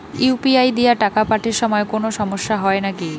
UPI দিয়া টাকা পাঠের সময় কোনো সমস্যা হয় নাকি?